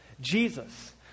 Jesus